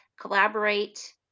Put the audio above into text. collaborate